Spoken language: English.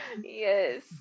Yes